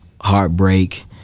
heartbreak